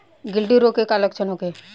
गिल्टी रोग के लक्षण का होखे?